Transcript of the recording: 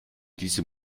diese